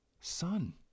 son